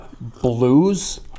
blues